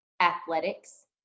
athletics